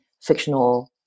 fictional